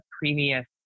previous